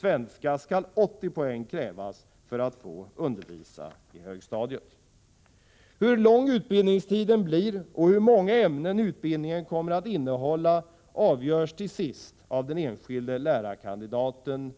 För att man skall få undervisa i svenska på högstadiet skall 80 poäng krävas. Hur lång utbildningstiden blir och hur många ämnen utbildningen kommer att innehålla avgörs till sist av den enskilde lärarkandidaten.